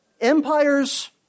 empires